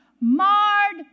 Marred